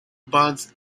bands